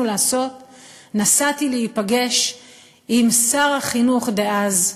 לעשות נסעתי להיפגש עם שר החינוך דאז,